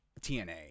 TNA